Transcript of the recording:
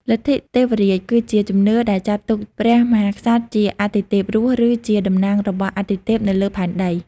លទ្ធិទេវរាជគឺជាជំនឿដែលចាត់ទុកព្រះមហាក្សត្រជាអាទិទេពរស់ ឬជាតំណាងរបស់អាទិទេពនៅលើផែនដី។